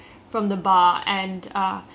ah he actually